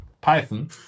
Python